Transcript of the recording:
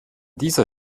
dieser